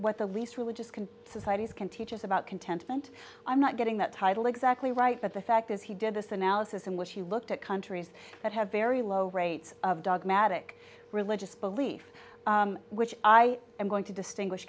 what the least religious can societies can teach is about contentment i'm not getting that title exactly right but the fact is he did this analysis in which he looked at countries that have very low rates of dogmatic religious beliefs which i am going to distinguish